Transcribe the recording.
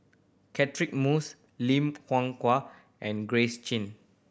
Catchick Moses Lim and Grace Chia